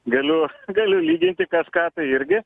galiu galiu lyginti kažką tai irgi